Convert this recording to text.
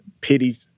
pity